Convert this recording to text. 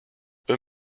eux